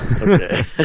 Okay